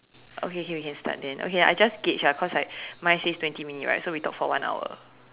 okay okay we can start then okay I just gauge ah cause like mine says twenty minute right so we talk for one hour